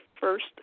first